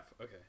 Okay